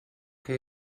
que